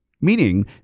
Meaning